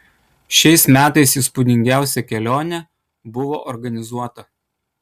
šiais metais įspūdingiausia kelionė buvo organizuota